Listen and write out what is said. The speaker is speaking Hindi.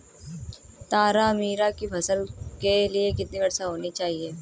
तारामीरा की फसल के लिए कितनी वर्षा होनी चाहिए?